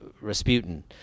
Rasputin